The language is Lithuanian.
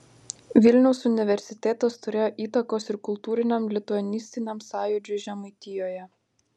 vilniaus universitetas turėjo įtakos ir kultūriniam lituanistiniam sąjūdžiui žemaitijoje